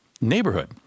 neighborhood